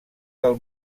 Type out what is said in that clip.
del